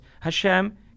Hashem